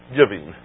giving